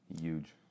huge